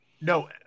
No